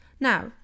Now